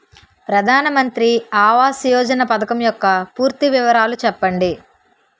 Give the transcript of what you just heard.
ప్రధాన మంత్రి ఆవాస్ యోజన పథకం యెక్క పూర్తి వివరాలు చెప్పండి?